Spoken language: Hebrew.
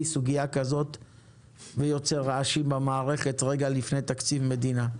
סוגייה כזאת ויוצר רעשים במערכת רגע לפני תקציב מדינה,